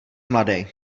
mladej